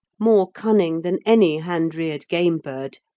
more cunning than any hand-reared game bird,